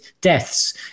deaths